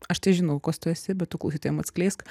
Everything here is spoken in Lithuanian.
aš tai žinau kos tu esi bet tu klausytojams atskleisk